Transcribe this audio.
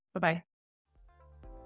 Bye-bye